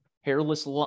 hairless